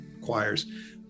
choirs